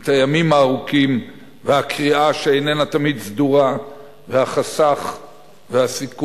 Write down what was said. את הימים הארוכים והקריאה שאיננה תמיד סדורה והחסך והסיכון.